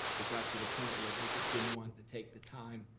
it got to the point where they just didn't want to take the time,